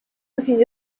looking